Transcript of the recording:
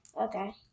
Okay